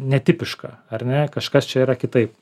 netipiška ar ne kažkas čia yra kitaip